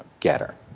get her.